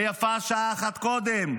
ויפה שעה אחת קודם.